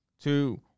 two